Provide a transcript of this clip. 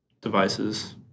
devices